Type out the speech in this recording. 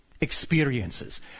experiences